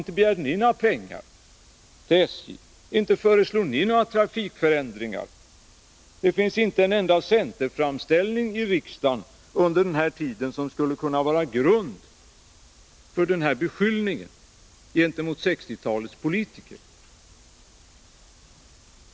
Inte begärde ni några pengar till SJ och inte föreslog ni några trafikförändringar. Det finns inte en enda centerframställning i riksdagen under den här tiden som skulle kunna utgöra grund för den här beskyllningen gentemot 1960-talets politiker.